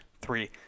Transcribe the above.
three